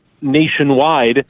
nationwide